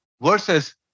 versus